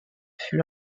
fut